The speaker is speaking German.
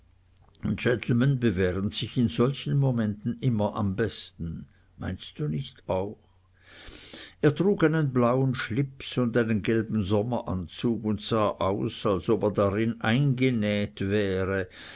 gentlemen bewähren sich in solchen momenten immer am besten meinst du nicht auch er trug einen blauen schlips und einen gelben sommeranzug und sah aus als ob er darin eingenäht wäre